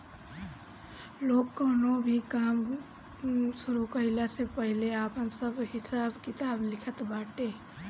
लोग कवनो भी काम शुरू कईला से पहिले आपन सब हिसाब किताब लिखत बाटे